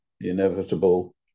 inevitable